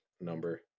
number